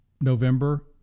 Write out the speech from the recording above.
November